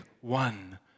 one